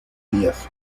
días